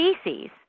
species